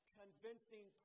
convincing